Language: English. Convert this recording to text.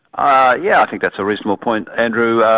i yeah think that's a reasonable point, andrew.